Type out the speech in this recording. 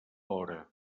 hora